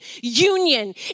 union